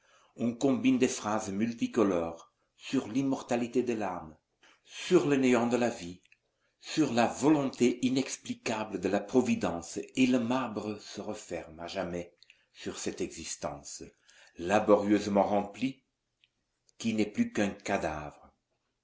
on combine des phrases multicolores sur l'immortalité de l'âme sur le néant de la vie sur la volonté inexplicable de la providence et le marbre se referme à jamais sur cette existence laborieusement remplie qui n'est plus qu'un cadavre